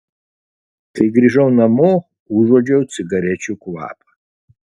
kai grįžau namo užuodžiau cigarečių kvapą